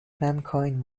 mankind